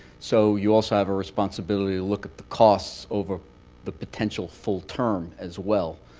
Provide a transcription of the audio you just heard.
so you also have a responsibility look at the costs over the potential full term, as well,